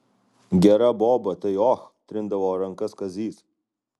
gera boba tai och trindavo rankas kazys